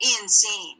insane